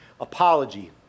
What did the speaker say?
apology